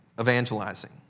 evangelizing